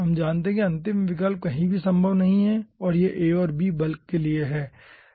हम जानते हैं कि अंतिम विकल्प कहीं भी संभव नहीं है और यह a और b बल्क के लिए हैं